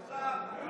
נסעת לירדן,